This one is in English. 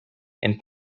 and